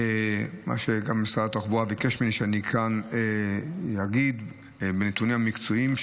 מה שמשרד התחבורה ביקש ממני שאני כאן אגיד מהנתונים המקצועיים,